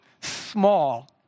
small